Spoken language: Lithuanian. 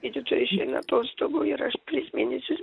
gydytoja išeina atostogų ir aš tris mėnesius